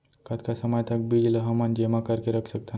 कतका समय तक बीज ला हमन जेमा करके रख सकथन?